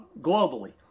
globally